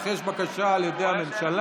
אך יש בקשה על ידי הממשלה.